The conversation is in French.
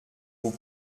vous